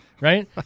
right